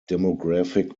demographic